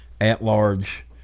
at-large